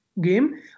game